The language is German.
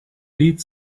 lied